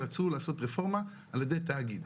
רצו לעשות רפורמה על-ידי תאגיד.